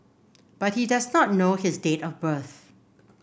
but he does not know his date of birth